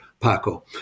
Paco